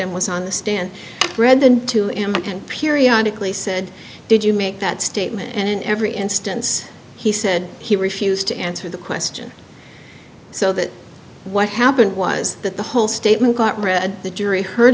and was on the stand read them to him and periodically said did you make that statement and in every instance he said he refused to answer the question so that what happened was that the whole statement got read the jury heard